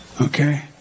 Okay